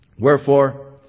Wherefore